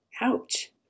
Ouch